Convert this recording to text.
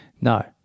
No